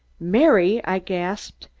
mary, i gasped,